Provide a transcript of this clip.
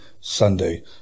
Sunday